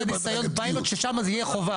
לקחת להגיד נעשה ניסיון פיילוט ששם זה יהיה חובה?